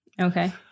Okay